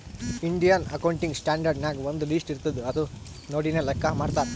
Indian accounting standard ನಾಗ್ ಒಂದ್ list ಇರ್ತುದ್ ಅದು ನೋಡಿನೇ ಲೆಕ್ಕಾ ಮಾಡ್ತಾರ್